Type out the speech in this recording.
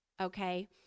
Okay